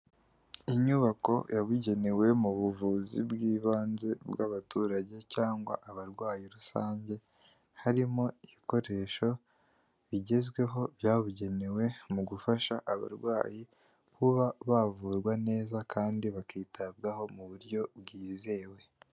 Inyubako yabugenewe mu buvuzi bw'ibanze bw'abaturage cyangwa abarwayi rusange harimo ibikoresho bigezweho byabugenewe mu gufasha abarwayi kuba bavurwa neza kandi bakitabwaho mu buryo bwizewe.